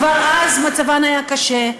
כבר אז מצבן היה קשה,